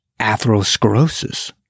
atherosclerosis